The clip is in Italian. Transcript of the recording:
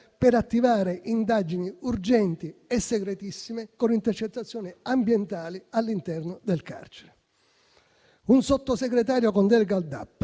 per attivare indagini urgenti e segretissime, con intercettazioni ambientali all'interno del carcere. Un Sottosegretario con delega al DAP